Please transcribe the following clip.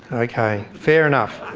okay, fair enough.